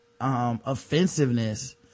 offensiveness